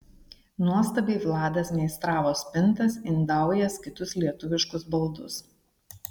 nuostabiai vladas meistravo spintas indaujas kitus lietuviškus baldus